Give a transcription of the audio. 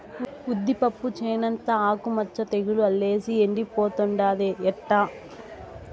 ఉద్దిపప్పు చేనంతా ఆకు మచ్చ తెగులు అల్లేసి ఎండిపోతుండాదే ఎట్టా